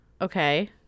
Okay